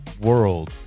world